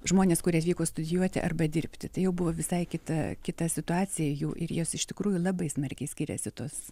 žmonės kurie atvyko studijuoti arba dirbti tai jau buvo visai kita kita situacija jų ir jos iš tikrųjų labai smarkiai skiriasi tos